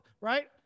right